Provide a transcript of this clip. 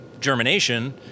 germination